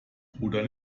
bruder